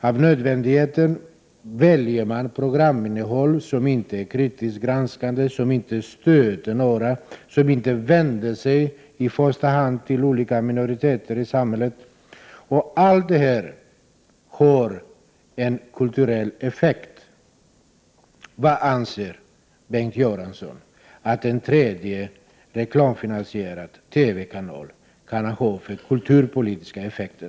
Av nödvändighet väljer man programinnehåll som inte är kritiskt granskande, som inte stöter någon, som inte vänder sig i första hand till olika minoriteter i samhället. Allt detta har en kulturell effekt. Vad anser Bengt Göransson att en tredje, reklamfinansierad TV-kanal kan ha för kulturpolitiska effekter?